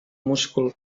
múscul